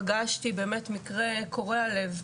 פגשתי באמת מקרה קורע לב,